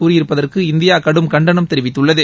கூறியிருப்பதற்கு India கடும் கண்டனம் தெரிவித்துள்ளது